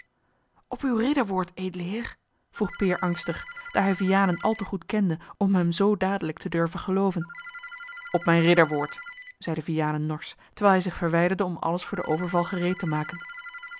op uw ridderwoord edele heer vroeg peer angstig daar hij vianen al te goed kende om hem zoo dadelijk te durven gelooven op mijn ridderwoord zeide vianen norsch terwijl hij zich verwijderde om alles voor den overval gereed te maken